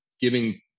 giving